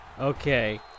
okay